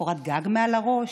קורת גג מעל הראש,